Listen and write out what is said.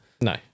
No